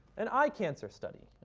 an eye cancer study.